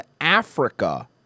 Africa